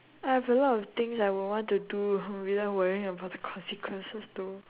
I have a lot of things I would want to do without worrying about the consequences too